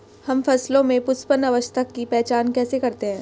हम फसलों में पुष्पन अवस्था की पहचान कैसे करते हैं?